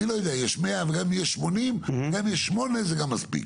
לא יודע אם יש 100. גם אם יש 80 וגם אם יש שמונה זה גם מספיק.